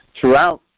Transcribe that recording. throughout